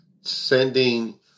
sending